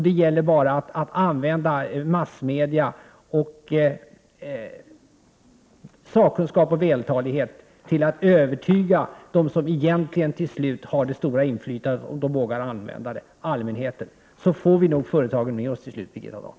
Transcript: Det gäller bara att med sakkunskap och vältalighet och med massmedias hjälp övertyga allmänheten, den part som till slut har det stora inflytandet, om den vågar använda det. Då får vi nog till slut med oss företagen, Birgitta Dahl.